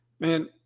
man